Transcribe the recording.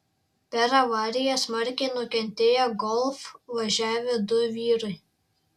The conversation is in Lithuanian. per avariją smarkiai nukentėjo golf važiavę du vyrai